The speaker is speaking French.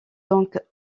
donc